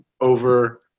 over